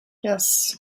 yes